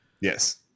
Yes